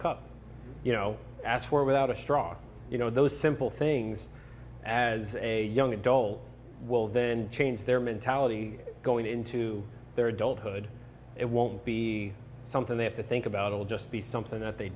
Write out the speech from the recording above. cup you know that's where without a strong you know those simple things as a young adult will then change their mentality going into their adulthood it won't be something they have to think about it will just be something that they